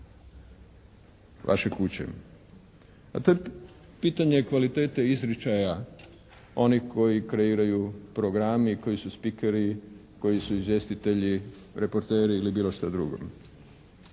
vaše kuće, a to je pitanje kvalitete izričaja onih koji kreiraju program i koji su spikeri, koji su izvjestitelji, reporteri ili bilo šta drugo.